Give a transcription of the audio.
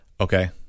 Okay